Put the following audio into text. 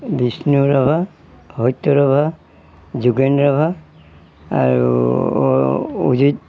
বিষ্ণু ৰাভা সত্য ৰাভা যোগেন ৰাভা আৰু অজিত